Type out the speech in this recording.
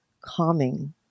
calming